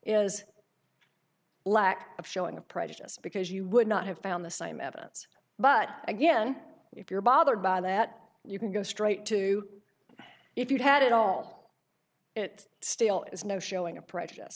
is lack of showing of prejudice because you would not have found the same evidence but again if you're bothered by that you can go straight to if you've had it all it still is no showing